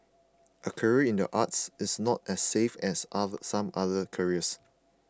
a career in the arts is not as safe as other some other careers